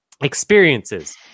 experiences